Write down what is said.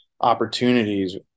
opportunities